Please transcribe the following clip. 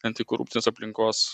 antikorupcinės aplinkos